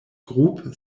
groupe